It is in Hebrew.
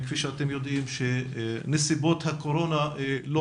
כפי שאתם יודעים, נסיבות הקורונה לא